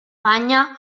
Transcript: banya